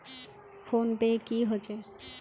Phone पै की होचे?